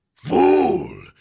FOOL